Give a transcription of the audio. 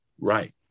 Right